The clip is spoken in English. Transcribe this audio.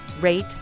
rate